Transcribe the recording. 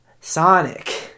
Sonic